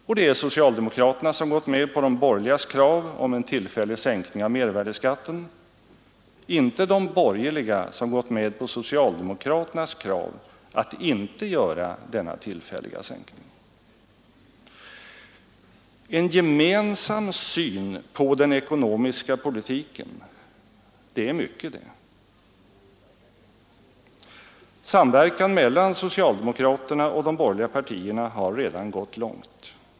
Och det är socialdemokraterna som gått med på de borgerligas krav om en tillfällig sänkning av mervärdeskatten, inte de borgerliga som gått med på socialdemokraternas krav att inte göra denna tillfälliga sänkning. En gemensam syn på den ekonomiska politiken — det är mycket det. Samverkan mellan socialdemokraterna och de borgerliga partierna har redan gått långt.